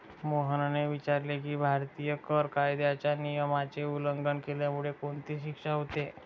मोहनने विचारले की, भारतीय कर कायद्याच्या नियमाचे उल्लंघन केल्यामुळे कोणती शिक्षा होते?